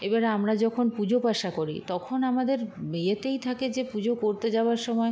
এবারে আমরা যখন পুজোপাশা করি তখন আমাদের ইয়েতেই থাকে যে পুজো করতে যাওয়ার সময়